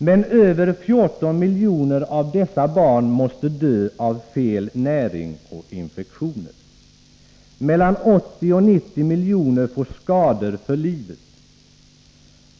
Men över 14 miljoner av dessa barn måste dö av felnäring och infektioner. Mellan 80 och 90 miljoner får skador för livet.